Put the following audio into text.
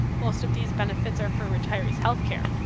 most of these benefits are for retirees' health care.